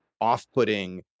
off-putting